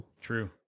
True